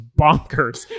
bonkers